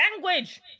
language